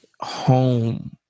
home